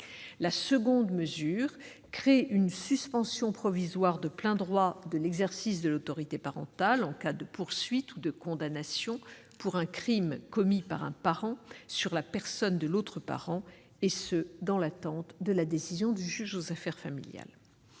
La seconde mesure crée une suspension provisoire de plein droit de l'exercice de l'autorité parentale en cas de poursuite ou de condamnation pour un crime commis par un parent sur la personne de l'autre parent, et ce dans l'attente de la décision du juge aux affaires familiales.